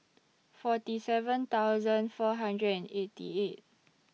forty seven thousand four hundred and eighty eight